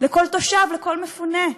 לכל תושב, לכל מפונה.